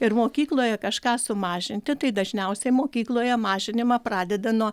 ir mokykloje kažką sumažinti tai dažniausiai mokykloje mažinimą pradeda nuo